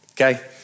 okay